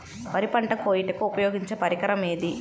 వరి పంట కోయుటకు ఉపయోగించే పరికరం ఏది?